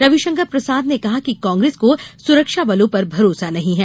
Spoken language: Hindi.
रविशंकर प्रसाद ने कहा कि कांग्रेस को सुरक्षाबलों पर भरोसा नहीं है